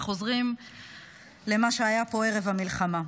וחוזרים למה שהיה פה ערב המלחמה.